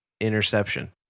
interception